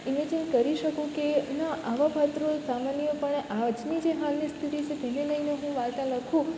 imagine કરી શકું કે એના આવા પાત્રો સામાન્યપણે આજની જે હાલની સ્થિતિ છે તેને લઈને હું વાર્તા લખું